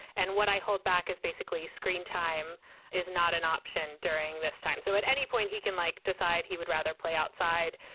and what i hold back is basically screentime is not an option. during this time. so at any point he can, like decide he would rather play outside.